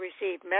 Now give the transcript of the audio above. receive